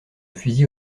fusil